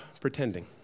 pretending